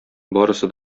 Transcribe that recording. барысы